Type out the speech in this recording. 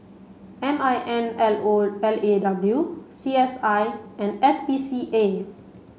M I N L O L A W C S I and S P C A